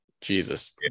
Jesus